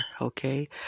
okay